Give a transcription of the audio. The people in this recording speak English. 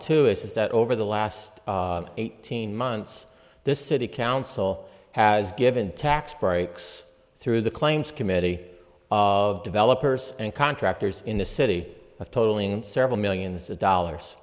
is that over the last eighteen months this city council has given tax breaks through the claims committee of developers and contractors in the city of totaling several millions of dollars